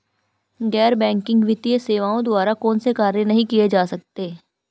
गैर बैंकिंग वित्तीय सेवाओं द्वारा कौनसे कार्य नहीं किए जा सकते हैं?